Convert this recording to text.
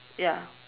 ya